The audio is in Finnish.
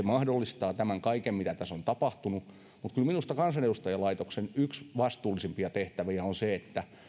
mahdollistaa tämän kaiken mitä tässä on tapahtunut mutta kyllä minusta kansanedustuslaitoksen yksi vastuullisimpia tehtäviä on se että